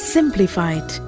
Simplified